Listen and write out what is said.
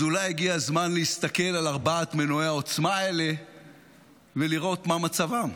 אז אולי הגיע הזמן להסתכל על ארבעת מנועי העוצמה האלה ולראות מה מצבם.